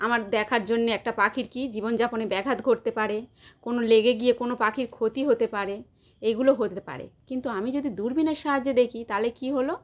আমার দেখার জন্য একটা পাখির কী জীবন যাপনে ব্যাঘাত ঘটতে পারে কোনো লেগে গিয়ে কোনো পাখির ক্ষতি হতে পারে এগুলো হতে পারে কিন্তু আমি যদি দূরবীনের সাহায্যে দেখি তাহলে কী হল